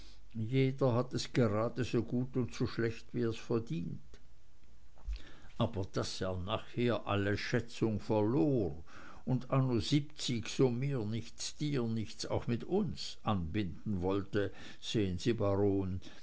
jeder hat es gerade so gut und so schlecht wie er's verdient aber daß er nachher alle schätzung verlor und anno siebzig so mir nichts dir nichts auch mit uns anbinden wollte sehen sie baron